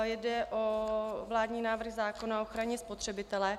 Jde o vládní návrh zákona o ochraně spotřebitele.